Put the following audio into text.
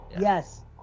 Yes